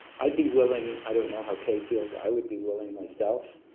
i'd be willing. i don't know how kaye feels. i would be willing myself.